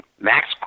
Max